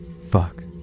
Fuck